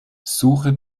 suche